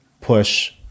push